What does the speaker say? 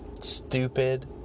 stupid